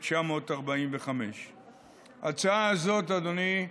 1945. ההצעה הזאת, אדוני,